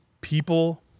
people